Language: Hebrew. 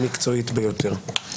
המקצועית ביותר.